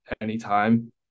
anytime